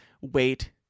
wait